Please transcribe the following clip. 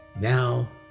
now